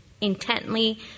intently